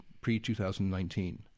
pre-2019